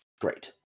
Great